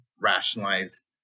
rationalize